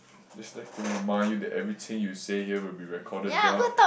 is that to remind you that everything you say here will be recorded down